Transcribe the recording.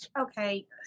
okay